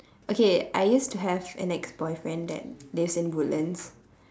okay I used to have an ex boyfriend that lives in woodlands